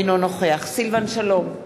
אינו נוכח סילבן שלום,